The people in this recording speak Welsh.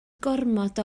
gormod